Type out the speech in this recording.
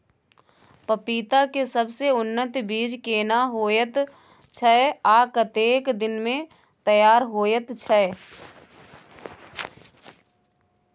पपीता के सबसे उन्नत बीज केना होयत छै, आ कतेक दिन में तैयार होयत छै?